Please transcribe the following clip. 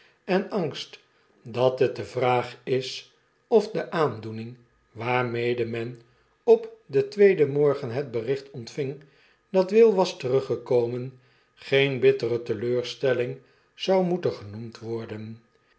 en angst dat het de vraag is of de aandoening waarmede men op den tweeden morgen het bericht ontving dat will was teruggekomen geene bittere teleurstelling zou moeten genoemd worden